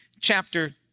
chapter